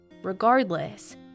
Regardless